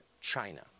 China